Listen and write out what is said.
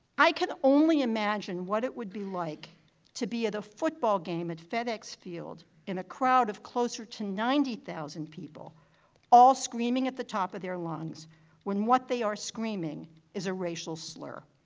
i could only imagine what it would be like to be at a football game at fed ex field in a crowd of closer to ninety thousand people all screaming at the top of their lungs when what they are screaming is a racial slur.